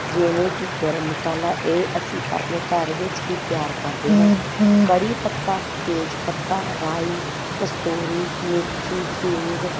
ਜਿਵੇਂ ਕਿ ਗਰਮ ਮਸਾਲਾ ਇਹ ਅਸੀਂ ਆਪਣੇ ਘਰ ਵਿੱਚ ਹੀ ਤਿਆਰ ਕਰਦੇ ਹਾਂ ਕੜ੍ਹੀ ਪੱਤਾ ਤੇਜ ਪੱਤਾ ਰਾਈ ਕਸਤੂਰੀ ਮੇਥੀ ਹਿੰਗ